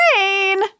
Rain